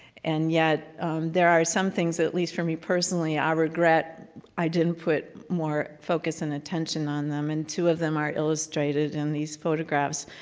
and yet there are some things at least for me personally, i regret i didn't put more focus and attention on them, and two of them are illustrated in these photographs,